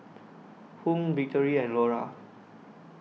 Hung Victory and Laura